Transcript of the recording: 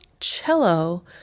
Cello